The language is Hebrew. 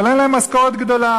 אבל אין להם משכורת גדולה.